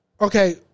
Okay